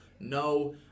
no